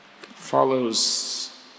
follows